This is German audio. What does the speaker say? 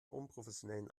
unprofessionellen